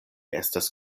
estas